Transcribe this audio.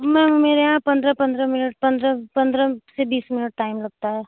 ma'am मेरे यहाँ पंद्रह पंद्रह मिनट पंद्रह पंद्रह से बीस मिनट टाइम लगता है